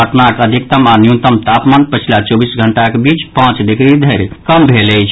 पटनाक अधिकतम आ न्यूनतम तापमान पछिला चौबीस घंटाक बीच पांच डिग्री धरि कम भेल अछि